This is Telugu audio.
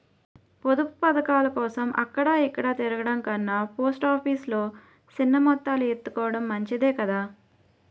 పొదుపు పదకాలకోసం అక్కడ ఇక్కడా తిరగడం కన్నా పోస్ట్ ఆఫీసు లో సిన్న మొత్తాలు ఎత్తుకోడం మంచిదే కదా